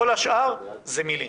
כל השאר זה מילים.